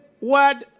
word